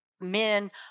men